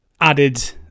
added